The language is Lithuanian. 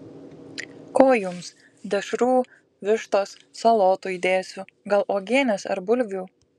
ko jums dešrų vištos salotų įdėsiu gal uogienės ar bulvių